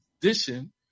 condition